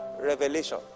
revelation